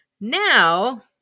now